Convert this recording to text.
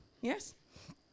yes